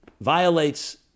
violates